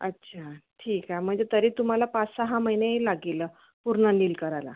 अच्छा ठीक आहे म्हणजे तरी तुम्हाला पाच सहा महिने लागेल पूर्ण नील करायला